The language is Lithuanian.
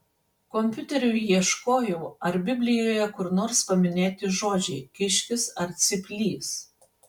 kompiuteriu ieškojau ar biblijoje kur nors paminėti žodžiai kiškis ar cyplys